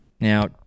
Now